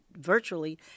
virtually